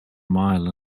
mile